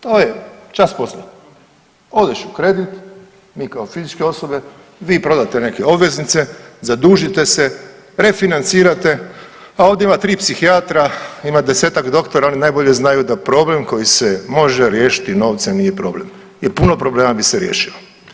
To je čas posla, odeš u kredit, mi kao fizičke osobe, vi prodate neke obveznice, zadužite se, refinancirate, a ovdje ima tri psihijatra, ima desetak doktora oni najbolje znaju da problem koji se može riješiti novcem nije problem i puno problema bi se riješilo.